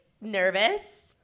nervous